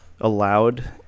allowed